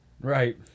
Right